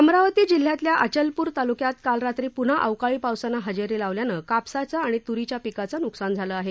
अमरावती जिल्ह्यातील अचलपूर तालुक्यात काल रात्री पून्हा अवकाळी पावसानं हजेरी लावल्यानं कापसाच्या आणि तुरीच्या पिकाचं नुकसान झालं आहे